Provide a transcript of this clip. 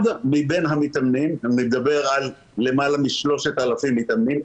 אני מדבר על למעלה מ-3,000 מתאמנים,